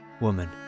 Woman